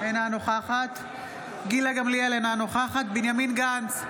אינה נוכחת גילה גמליאל, אינה נוכחת בנימין גנץ,